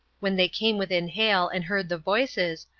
when they came within hail and heard the voices,